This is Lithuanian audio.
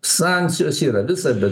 sankcijos yra visa bet